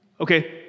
Okay